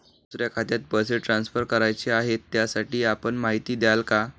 दुसऱ्या खात्यात पैसे ट्रान्सफर करायचे आहेत, त्यासाठी आपण माहिती द्याल का?